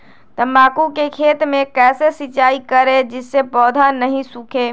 तम्बाकू के खेत मे कैसे सिंचाई करें जिस से पौधा नहीं सूखे?